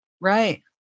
Right